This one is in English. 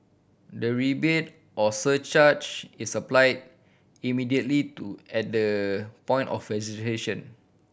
the rebate or surcharge is applied immediately to at the point of registration